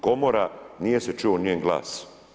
Komora, nije se čuo njen glas.